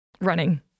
Running